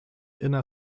inner